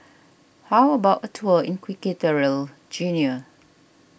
how about a tour in Equatorial Guinea